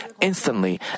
instantly